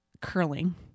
curling